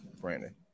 Brandon